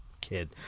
kid